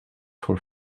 voor